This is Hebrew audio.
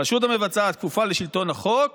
הרשות המבצעת כפופה לשלטון החוק